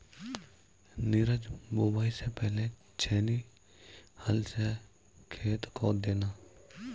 नीरज बुवाई से पहले छेनी हल से खेत खोद देना